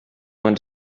want